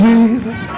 Jesus